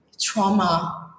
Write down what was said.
trauma